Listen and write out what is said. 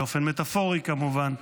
באופן מטפורי, כמובן,